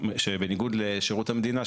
שבניגוד לשירות המדינה,